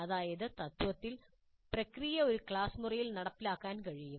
അതായത് തത്ത്വത്തിൽ പ്രക്രിയ ഒരു ക്ലാസ് മുറിയിൽ നടപ്പിലാക്കാൻ കഴിയും